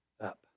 up